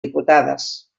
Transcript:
diputades